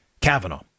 Kavanaugh